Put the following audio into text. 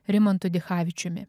rimantu dichavičiumi